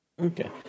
Okay